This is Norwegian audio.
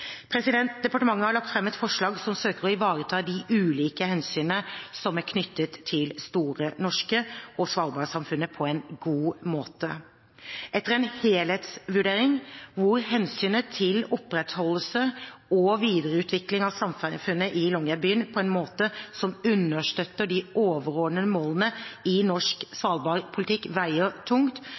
Departementet har lagt fram et forslag som søker å ivareta de ulike hensynene som er knyttet til Store Norske og Svalbard-samfunnet på en god måte. Etter en helhetsvurdering hvor hensynet til opprettholdelse og videreutvikling av samfunnet i Longyearbyen på en måte som understøtter de overordnede målene i norsk Svalbard-politikk, veier tungt,